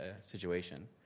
situation